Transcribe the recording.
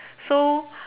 so